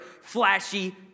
flashy